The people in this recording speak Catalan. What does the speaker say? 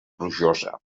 plujosa